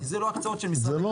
זה לא הקצאות של --- אתה